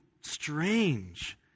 strange